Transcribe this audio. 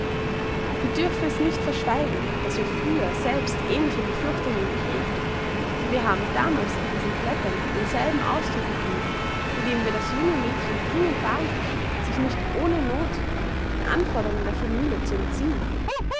wir dürfen es nicht verschweigen daß wir früher selbst ähnliche befürchtungen gehegt und wir haben damals in diesen blättern denselben ausdruck gegeben indem wir das junge mädchen dringend warnten sich nicht ohne noth den anforderungen der familie zu entziehen